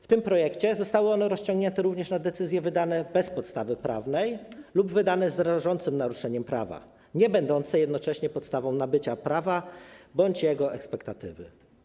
W tym projekcie zostały one rozciągnięte również na decyzje wydane bez podstawy prawnej lub wydane z rażącym naruszeniem prawa, niebędące jednocześnie podstawą nabycia prawa bądź jego ekspektatywy.